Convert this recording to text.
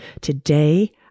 Today